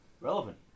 relevant